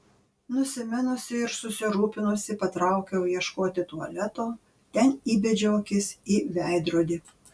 nusiminusi ir susirūpinusi patraukiau ieškoti tualeto ten įbedžiau akis į veidrodį